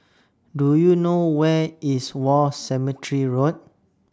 Do YOU know Where IS War Cemetery Road